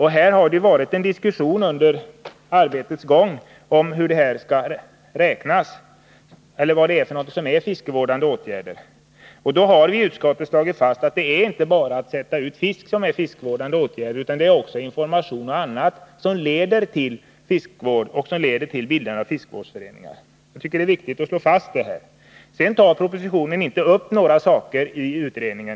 Här har det under arbetets gång varit en diskussion om vad som är fiskevårdande åtgärder. Då har vi i utskottet slagit fast att fiskevårdande åtgärder innebär inte bara att sätta ut fisk, utan det är också fråga om information och annat som leder till fiskevård och till bildande av fiskevårdsföreningar. Jag tycker att det är viktigt att här slå fast detta. I propositionen tas inte upp allt det som föreslås i utredningen.